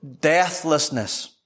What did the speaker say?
deathlessness